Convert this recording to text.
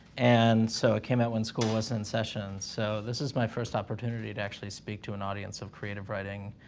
and so, it came out when school was in session. so, this is my first opportunity to actually speak to an audience of creative writing